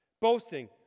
Boasting